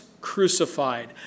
crucified